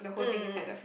mm mm mm